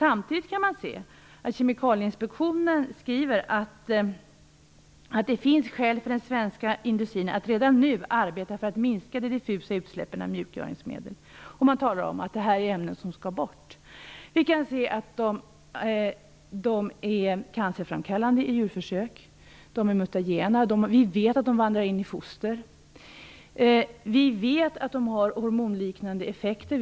Samtidigt skriver Kemikalieinspektionen att det finns skäl för den svenska industrin att redan nu arbeta för att minska de diffusa utsläppen av mjukgöringsmedel och man talar om att det här är ämnen som skall försvinna. De här ämnena har i djurförsök visat sig vara cancerframkallande, de är mutagena, vi vet att de vandrar in i foster. Vi vet att de har hormonliknande effekter.